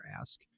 ask